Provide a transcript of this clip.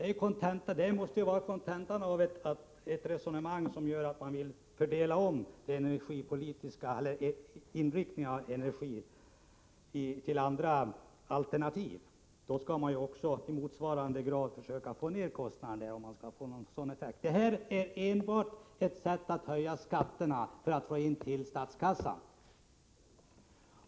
Det är kontentan av detta resonemang, om man har inriktningen att det skall ske en omfördelning mellan olika energialternativ. Att höja skatterna nu är enbart ett sätt att få in pengar till statskassan.